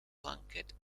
plunkett